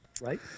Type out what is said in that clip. right